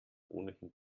ohnehin